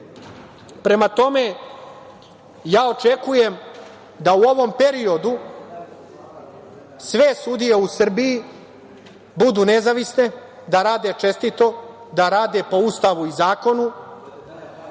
sveta. Prema tome, očekujem da u ovom periodu sve sudije u Srbiji budu nezavisne, da rade čestito, da rade po Ustavu i zakonu,